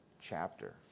chapter